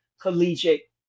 collegiate